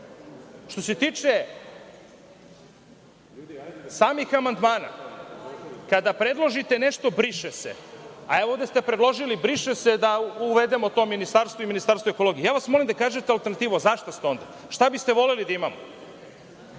šta. Što se tiče samih amandmana, kada predložite nešto – briše se. a ovde ste predložili – briše se, da uvedemo to ministarstvo i ministarstvo ekologije, a vas molim da kažete alternativu a za šta ste onda? Šta biste voleli da imamo?